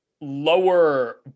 lower